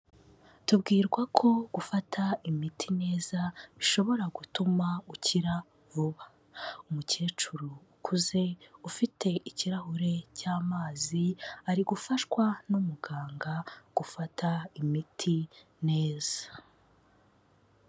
Tubwirwa ko gufata imiti neza bishobora gutuma ukira vuba. Umukecuru ukuze, ufite ikirahure cy'amazi ari gufashwa n'umuganga gufata imiti neza.